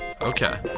okay